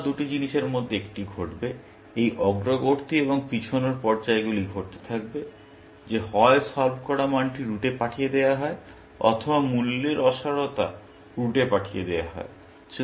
যতক্ষণ না দুটি জিনিসের মধ্যে একটি ঘটবে এই অগ্রগতি এবং পিছনোর পর্যায়গুলি ঘটতে থাকবে যে হয় সলভ করা মানটি রুটে পাঠিয়ে দেওয়া হয় অথবা মূল্যের অসারতা রুটে পাঠিয়ে দেওয়া হয়